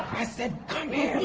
i said, come here!